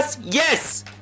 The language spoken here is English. yes